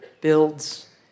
builds